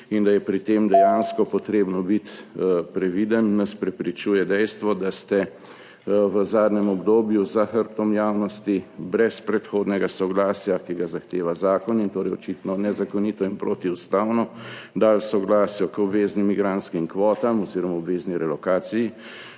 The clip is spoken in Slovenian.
Da je pri tem dejansko treba biti previden, nas prepričuje dejstvo, da ste v zadnjem obdobju za hrbtom javnosti brez predhodnega soglasja, ki ga zahteva zakon in torej očitno nezakonito in protiustavno, dali soglasje k obveznim migrantskim kvotam oziroma obvezni relokaciji